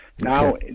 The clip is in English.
Now